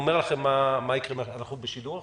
הישיבה ננעלה בשעה 15:10.